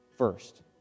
First